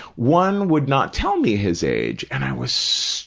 one would not tell me his age, and i was,